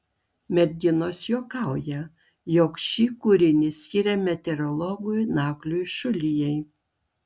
merginos juokauja jog šį kūrinį skiria meteorologui nagliui šulijai